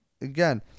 again